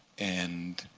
and